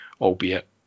albeit